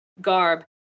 garb